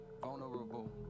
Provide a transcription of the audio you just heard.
vulnerable